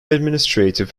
administrative